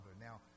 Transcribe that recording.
Now